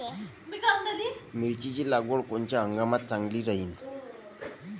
मिरची लागवड कोनच्या हंगामात चांगली राहीन?